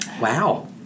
Wow